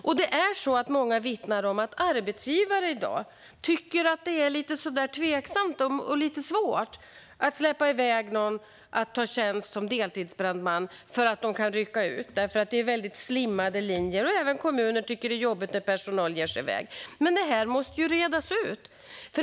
Många vittnar också om att arbetsgivare i dag är lite tveksamma och tycker att det är lite svårt att släppa iväg personer att ta tjänst som deltidsbrandmän, så att de kan rycka ut. Det är väldigt slimmade linjer. Även kommuner tycker att det är jobbigt när personal ger sig iväg. Det här måste redas ut.